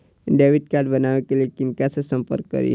Debit card बनावे के लिए किनका से संपर्क करी?